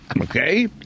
Okay